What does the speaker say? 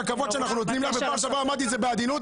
והכבוד שאנחנו נותנים לך ובפעם שעברה אמרתי את זה בעדינות,